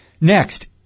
Next